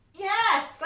Yes